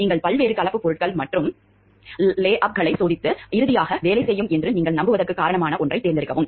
நீங்கள் பல்வேறு கலப்பு பொருட்கள் மற்றும் லே அப்களை சோதித்து இறுதியாக வேலை செய்யும் என்று நீங்கள் நம்புவதற்குக் காரணமான ஒன்றைத் தேர்ந்தெடுக்கவும்